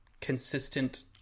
consistent